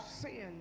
sin